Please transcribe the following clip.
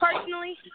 personally